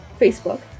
Facebook